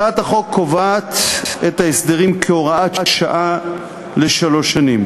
הצעת החוק קובעת את ההסדרים כהוראת שעה לשלוש שנים.